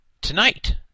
tonight